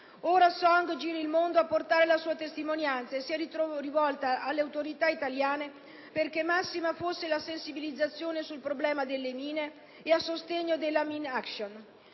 Ora Song gira il mondo a portare la sua testimonianza e si è rivolta alle autorità italiane perché massima fosse la sensibilizzazione sul problema delle mine e a sostegno della *mine action*.